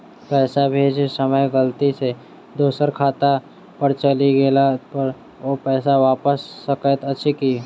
पैसा भेजय समय गलती सँ दोसर खाता पर चलि गेला पर ओ पैसा वापस भऽ सकैत अछि की?